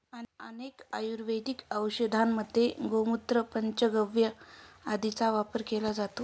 अनेक आयुर्वेदिक औषधांमध्ये गोमूत्र, पंचगव्य आदींचा वापर केला जातो